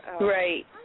Right